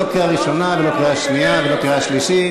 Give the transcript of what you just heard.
לא קריאה ראשונה ולא קריאה שנייה ולא קריאה שלישית.